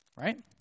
right